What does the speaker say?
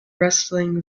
rustling